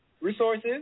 resources